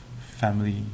family